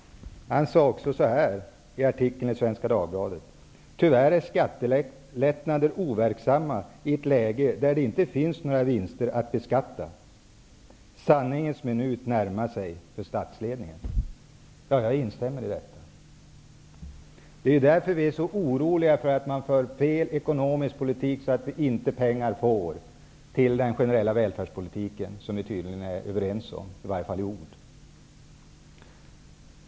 Han sade också så här i artikeln i Svenska Dagbladet: ''Tyvärr är skattelättnader overksamma i ett läge där det inte finns några vinster att beskatta. Sanningens minut närmar sig för statsledningen.'' Jag instämmer i detta. Det är därför vi är så oroliga för att man för fel ekonomisk politik, så att man inte får pengar till den generella välfärdspolitiken, som alla tydligen är överens om, i varje fall i ord.